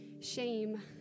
shame